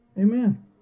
Amen